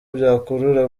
byakurura